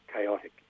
chaotic